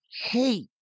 hate